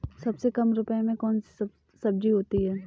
सबसे कम रुपये में कौन सी सब्जी होती है?